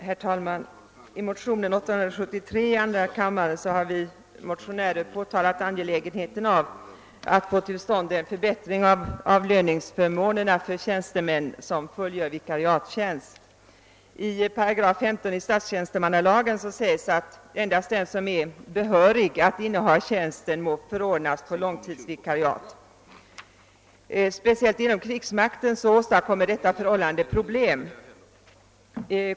Herr talman! I motionen II: 873 har vi motionärer framhållit angelägenheten av att få till stånd en förbättring av avlöningsförmånerna för tjänstemän som fullgör vikariatstjänst. I § 15 i statstjänstemannalagen stadgas, att endast den som är behörig att inneha tjänsten må förordnas på långtidsvikariat. Speciellt inom krigsmakten åstadkommer detta förhållande problem.